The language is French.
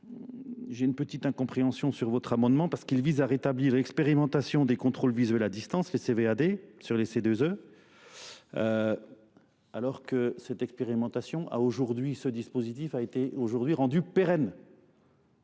J'ai une petite incompréhension sur votre amendement parce qu'il vise à rétablir l'expérimentation des contrôles visuels à distance, les CVAD, sur les C2E. Alors que cette expérimentation a aujourd'hui, ce dispositif a été aujourd'hui rendu pérenne.